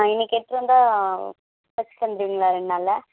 ஆ இன்னைக்கு எடுத்துட்டு வந்தால் தைச்சி தந்துடுவீங்களா ரெண்டு நாளில்